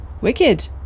Wicked